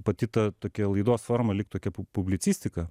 pati ta tokia laidos forma lyg tokia publicistika